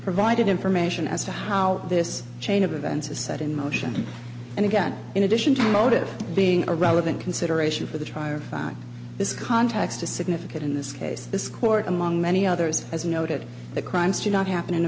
provided information as to how this chain of events is set in motion and again in addition to motive being a relevant consideration for the trier of fact this context is significant in this case this court among many others as you noted the crimes did not happen in a